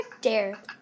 dare